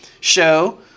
show